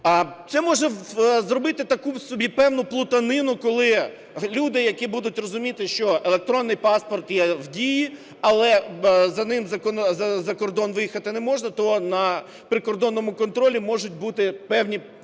Це може зробити таку собі певну плутанину, коли люди, які будуть розуміти, що електронний паспорт є в дії, але за ним за кордон виїхати не можна, то на прикордонному контролі можуть бути певні